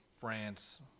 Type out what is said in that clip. France